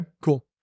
cool